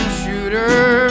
shooter